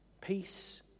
Peace